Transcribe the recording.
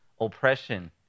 oppression